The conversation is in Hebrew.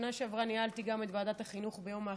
בשנה שעברה ניהלתי גם את ועדת החינוך ביום האחדות,